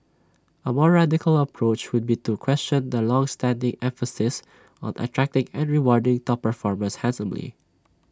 A more radical approach would be to question the longstanding emphasis on attracting and rewarding top performers handsomely